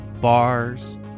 bars